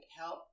help